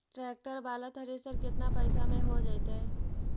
Tractor बाला thresher केतना पैसा में हो जैतै?